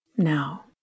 now